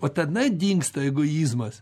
o tada dingsta egoizmas